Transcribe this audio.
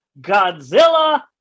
Godzilla